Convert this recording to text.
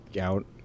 out